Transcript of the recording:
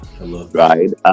right